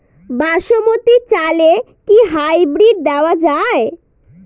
বাসমতী চালে কি হাইব্রিড দেওয়া য়ায়?